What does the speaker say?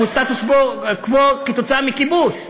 כי הוא סטטוס קוו כתוצאה מכיבוש,